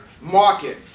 market